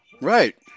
right